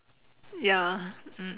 ya mm